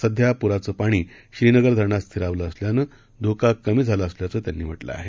सध्यापुराचंपाणीश्रीनगरधरणातस्थिरावलंअसल्यानं धोकाकमीझालाअसल्याचंत्यांनीम्हालंआहे